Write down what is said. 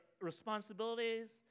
responsibilities